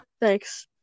thanks